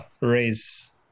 raise